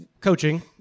coaching